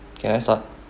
can I start